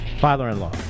father-in-law